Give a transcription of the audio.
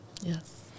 Yes